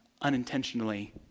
unintentionally